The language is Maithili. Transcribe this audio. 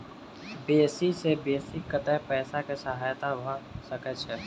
बेसी सऽ बेसी कतै पैसा केँ सहायता भऽ सकय छै?